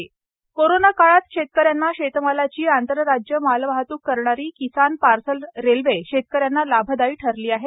किसान parcel railway कोरोना काळात शेतकऱ्यांना शेतमालाची आंतरराज्य मालवाहतूक करणारी किसान पार्सल रेल्वे शेतकऱ्यांना लाभदायी ठरली आहे